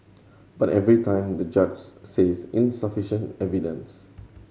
but every time the judge says insufficient evidence